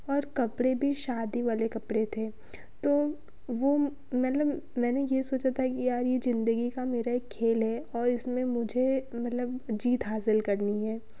और कपड़े भी शादी वाले कपड़े थे तो वो मतलब मैंने ये सोचा था की यार ये जिंदगी का मेरा एक खेल है और इसमें मुझे मतलब जीत हासिल करनी है